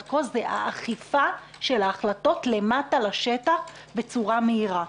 כה זה האכיפה של ההחלטות למטה לשטח בצורה מהירה.